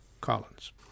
Collins